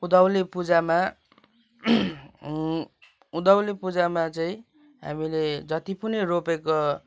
उँधौली पूजामा उँधौली पूजामा चाहिँ हामीले जति पनि रोपेको